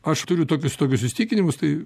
aš turiu tokius tokius įsitikinimus tai